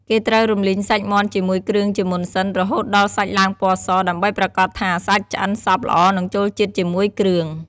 គេត្រូវរំលីងសាច់មាន់ជាមួយគ្រឿងជាមុនសិន រហូតដល់សាច់ឡើងពណ៌ស ដើម្បីប្រាកដថាសាច់ឆ្អិនសព្វល្អ និងចូលជាតិជាមួយគ្រឿង។